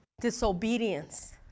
disobedience